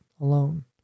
alone